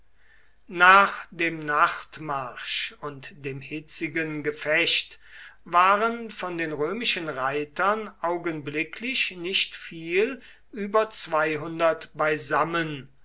nach dem nachtmarsch und dem hitzigen gefecht waren von den römischen reitern augenblicklich nicht viel über beisammen